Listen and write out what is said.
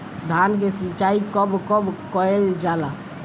धान के सिचाई कब कब कएल जाला?